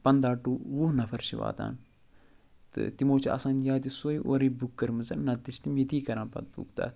پَنٛداہ ٹُو وُہ نفر چھِ واتان تہٕ تِمَو چھِ آسان یا تہِ سوٕے اورٕے بُک کٔرمٕژَن نَتہٕ چھِ تِم یٔتی کران پتہٕ بُک تَتھ